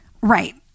right